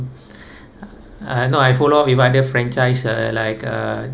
uh no I follow up with other franchise uh like uh